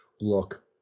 look